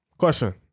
Question